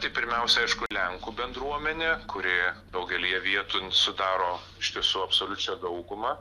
tai pirmiausia aišku lenkų bendruomenė kurie daugelyje vietų sudaro iš tiesų absoliučią daugumą